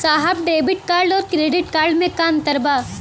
साहब debit card और credit card में का अंतर बा?